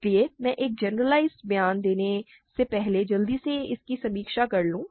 इसलिए मैं एक जनरलाइज़्ड बयान देने से पहले जल्दी से इसकी समीक्षा कर लूं